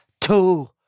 two